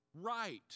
right